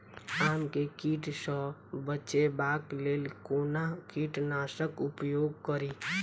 आम केँ कीट सऽ बचेबाक लेल कोना कीट नाशक उपयोग करि?